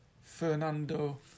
Fernando